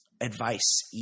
advice